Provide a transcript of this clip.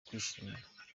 kwishimira